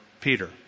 Peter